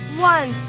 One